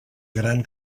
gran